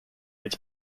its